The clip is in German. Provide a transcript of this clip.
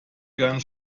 gerne